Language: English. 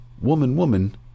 Woman-Woman